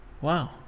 wow